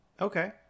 okay